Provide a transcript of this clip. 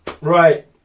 Right